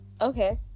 Okay